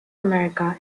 america